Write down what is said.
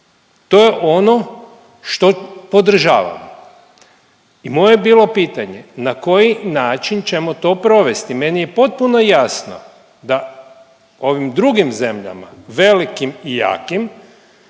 To je ono što podržavam i moje je bilo pitanje, na koji način ćemo to provesti? Meni je potpuno jasno da ovim drugim zemljama, velikim i jakim,